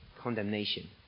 condemnation